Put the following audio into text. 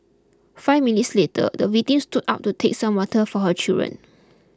five minutes later the victim stood up to take some water for her children